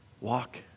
walk